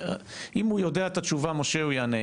אם הוא יודע את התשובה, משה, הוא יענה.